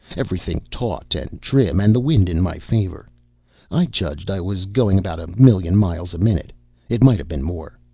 everything taut and trim, and the wind in my favor i judged i was going about a million miles a minute it might have been more,